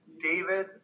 David